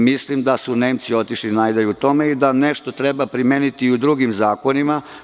Mislim da su Nemci otišli najdalje u tome i da nešto treba primeniti u drugim zakonima.